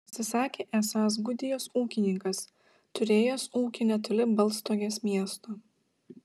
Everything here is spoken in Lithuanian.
pasisakė esąs gudijos ūkininkas turėjęs ūkį netoli baltstogės miesto